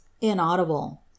inaudible